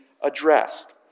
addressed